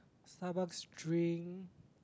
Starbucks drink